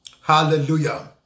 Hallelujah